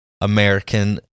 American